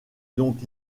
donc